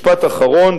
משפט אחרון,